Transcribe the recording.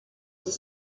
dix